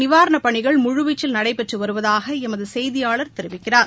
நிவாரணப் பணிகள் முழுவீச்சில் நடைபெற்று வருவதாக எமது செய்தியாளர் தெரிவிக்கிறார்